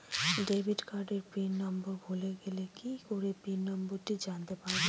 Debit কার্ডের pin number ভুলে গেলে কি করে পিন নম্বরটি জানতে পারবো?